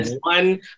one